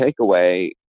takeaway